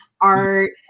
art